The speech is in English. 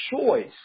choice